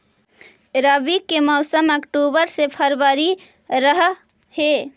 रब्बी के मौसम अक्टूबर से फ़रवरी रह हे